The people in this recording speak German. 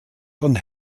von